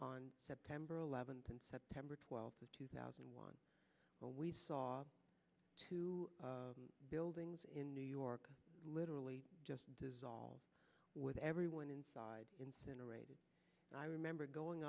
on september eleventh and september twelfth two thousand and one where we saw two buildings in new york literally just dissolve with everyone inside incinerated i remember